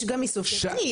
יש גם איסוף ידני.